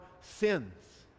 sins